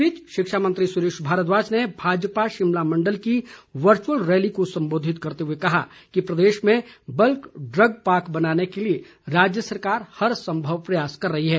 इस बीच शिक्षा मंत्री सुरेश भारद्वाज ने भाजपा शिमला मण्डल की वर्चुअल रैली को सम्बोधित करते हुए कहा कि प्रदेश में बल्क ड्रग पार्क बनाने के लिए राज्य सरकार हर सम्भव प्रयास कर रही है